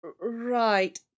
right